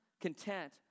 content